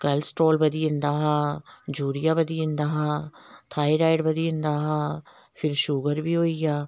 cholesterol बधी जंदा हा यूरिया बधी जंदा हा थायरॉइड बधी जंदा हा फिर शुगर बी होइया